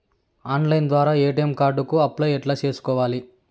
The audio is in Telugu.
ఆన్లైన్ ద్వారా ఎ.టి.ఎం కార్డు కు అప్లై ఎట్లా సేసుకోవాలి?